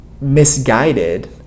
misguided